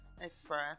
express